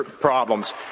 problems